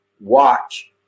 watch